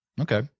Okay